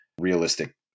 realistic